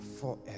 forever